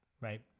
right